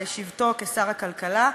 בשבתו כשר הכלכלה,